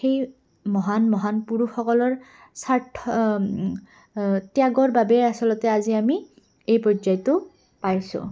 সেই মহান মহান পুৰুষসকলৰ স্বাৰ্থ ত্যাগৰ বাবে আচলতে আজি আমি এই পৰ্যায়টো পাইছোঁ